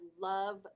love